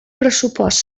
pressupost